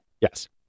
Yes